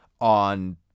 on